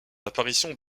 apparition